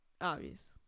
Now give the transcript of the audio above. Obvious